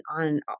on